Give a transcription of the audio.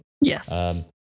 Yes